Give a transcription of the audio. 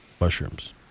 mushrooms